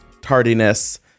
tardiness